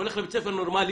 הולך לבית ספר נורמלי,